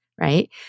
right